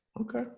Okay